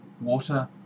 Water